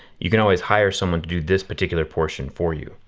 you can always hire someone to do this particular portion for you.